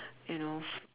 you know